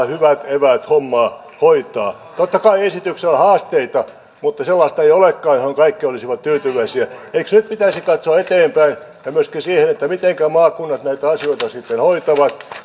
hyvät eväät hommaa hoitaa totta kai esityksessä on haasteita mutta sellaista ei olekaan johon kaikki olisivat tyytyväisiä eikö nyt pitäisi katsoa eteenpäin ja myöskin sitä mitenkä maakunnat näitä asioita sitten hoitavat